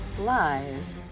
Lies